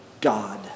God